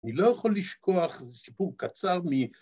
אני לא יכול לשכוח, זה סיפור קצר מ...